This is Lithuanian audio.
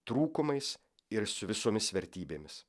trūkumais ir su visomis vertybėmis